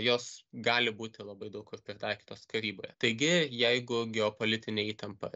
jos gali būti labai daug kur pritaikytos karyboje taigi jeigu geopolitinė įtampa